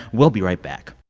we'll be right back